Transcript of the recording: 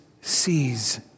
sees